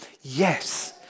yes